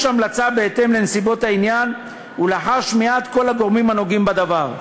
המלצה בהתאם לנסיבות העניין ולאחר שמיעת כל הגורמים הנוגעים בדבר.